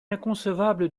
inconcevable